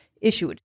issued